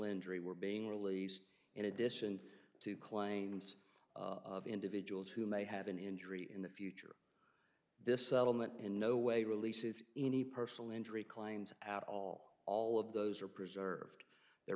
injury were being released in addition to claims of individuals who may have an injury in the future this settlement in no way releases any personal injury claims at all all of those are preserved the